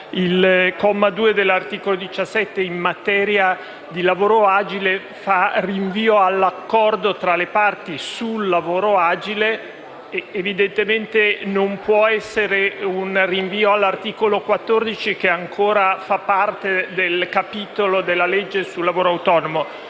Il comma 2 dell'articolo 17 in materia di lavoro agile rinvia all'accordo tra le parti sul lavoro agile. Evidentemente, non può essere un rinvio all'articolo 14, che ancora fa parte del capitolo della legge sul lavoro autonomo.